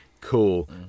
cool